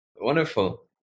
Wonderful